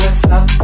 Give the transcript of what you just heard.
stop